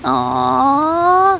aw